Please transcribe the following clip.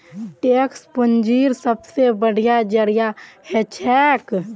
tax पूंजीर सबसे बढ़िया जरिया हछेक